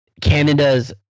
canada's